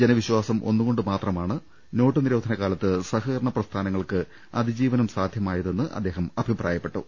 ജനവിശ്ചാസം ഒന്നുകൊണ്ടുമാത്രമാണ് നോട്ടുനിരോധന കാലത്ത് സഹകരണ പ്രസ്ഥാനങ്ങൾക്ക് അതിജീവനം സാധ്യമായതെന്ന് അദ്ദേഹം അഭിപ്രായപ്പെട്ടു